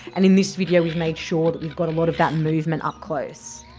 and in this video we've made sure that you've got a lot of that and movement up close.